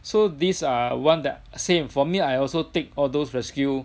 so these are one that same for me I also take all those rescue